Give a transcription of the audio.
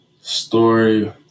story